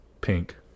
Pink